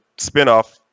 spinoff